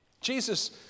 Jesus